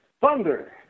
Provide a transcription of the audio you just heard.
Thunder